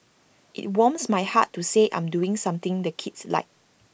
IT warms my heart to say I'm doing something the kids like